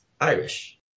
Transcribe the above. Irish